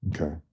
okay